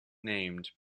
named